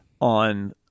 on